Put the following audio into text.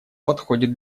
подходит